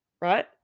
right